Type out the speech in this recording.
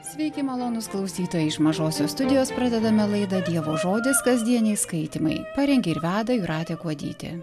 sveiki malonūs klausytojai iš mažosios studijos pradedame laidą dievo žodis kasdieniai skaitymai parengė ir veda jūratė kuodytė